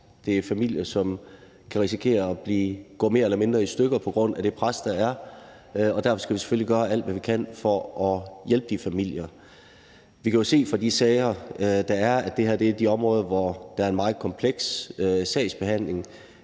Det er familier, som kan risikere at gå mere eller mindre i stykker på grund af det pres, der er, og derfor skal vi selvfølgelig gøre alt, hvad vi kan, for at hjælpe de familier. Vi kan jo se fra de sager, der er, at det her er et af de områder, hvor der er en meget kompleks sagsbehandling.